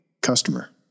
customer